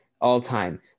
all-time